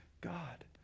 God